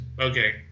okay